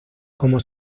como